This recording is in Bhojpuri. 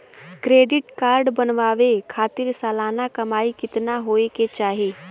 क्रेडिट कार्ड बनवावे खातिर सालाना कमाई कितना होए के चाही?